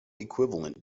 equivalent